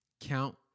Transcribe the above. Count